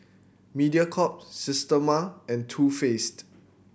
Mediacorp Systema and Too Faced